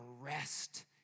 rest